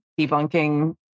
debunking